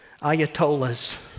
ayatollahs